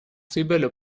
sibylle